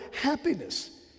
happiness